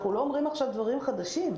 אנחנו לא אומרים עכשיו דברים חדשים.